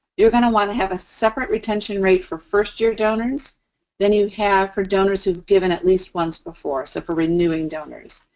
you're going to want to have a separate retention rate for first-year donors than you have for donors who have given at least once before, so for renewing donors.